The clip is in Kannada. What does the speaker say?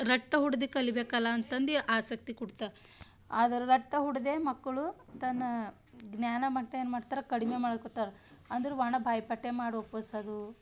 ರಟ್ಟ ಹೊಡ್ದಿ ಕಲಿಬೇಕಲ್ಲ ಅಂತಂದು ಆಸಕ್ತಿ ಕೊಡ್ತ ಆದರೆ ರಟ್ಟ ಹೊಡ್ದೆ ಮಕ್ಕಳು ತನ್ನ ಜ್ಞಾನಮಟ್ಟ ಏನ್ಮಾಡ್ತಾರ ಕಡಿಮೆ ಮಾಡ್ಕೊತಾರ ಅಂದ್ರೆ ಒಣ ಬಾಯಿಪಾಠ ಮಾಡೊಪ್ಪಸೋದು